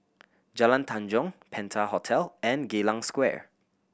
Jalan Tanjong Penta Hotel and Geylang Square